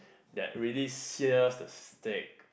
that really sear the steak